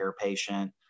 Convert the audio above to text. patient